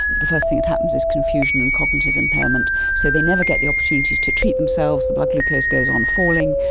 the first thing that happens is confusion and cognitive impairment, so they never get the opportunity to treat themselves, the blood glucose goes on falling,